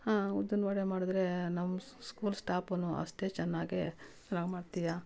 ಉದ್ದಿನ್ವಡೆ ಮಾಡಿದರೆ ನಮ್ಮ ಸ್ಕೂಲ್ ಸ್ಟಾಪುನು ಅಷ್ಟೆ ಚೆನ್ನಾಗೆ ಚೆನ್ನಾಗಿ ಮಾಡ್ತೀಯ